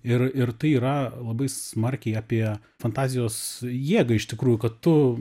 ir ir tai yra labai smarkiai apie fantazijos jėgą iš tikrųjų kad tu